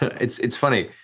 it's it's funny,